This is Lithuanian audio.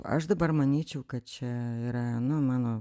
aš dabar manyčiau kad čia yra nu mano